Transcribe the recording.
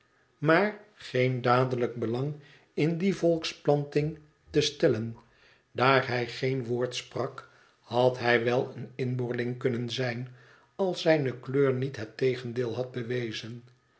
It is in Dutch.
maar geen dadelijk belang in die volksplanting te stellen daar hij geen woord sprak had hij wel een inboorling kunnen zijn als zijne kleur niet het tegendeel had bewezen